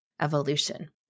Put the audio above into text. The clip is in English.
evolution